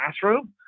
classroom